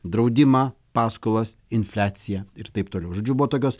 draudimą paskolas infliaciją ir taip toliau žodžiu buvo tokios